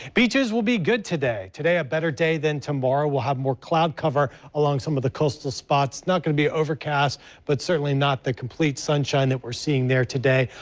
beaches will be good today. today a better day than tomorrow, we'll have more cloud cover along some of the coastal spot, not going to be overcast but certainly not the complete sunshine we're seeing there today.